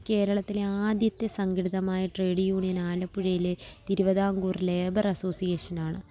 കേരളത്തിലെ ആദ്യത്തെ സംഘടിതമായ ട്രേഡ് യൂണിയൻ ആലപ്പുഴയിലെ തിരുവിതാംകൂർ ലേബർ അസോസിയേഷനാണ്